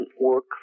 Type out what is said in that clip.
work